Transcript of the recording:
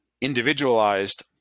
individualized